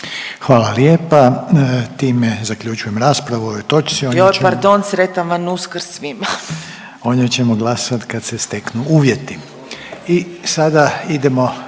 Hvala lijepa. Time zaključujem raspravu